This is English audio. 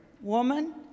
woman